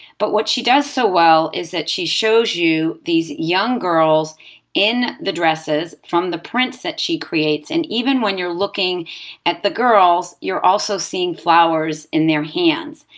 but what she does so well is that she shows you these young girls in the dresses from the prints that she creates. and even when you're looking at the girls, you're also seeing flowers in their hands.